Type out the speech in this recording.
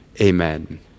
amen